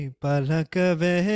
palakave